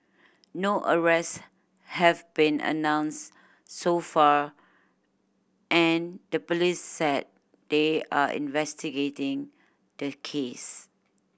no arrests have been announce so far and the police said they are investigating the case